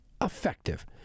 effective